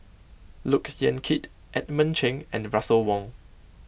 Look Yan Kit Edmund Cheng and Russel Wong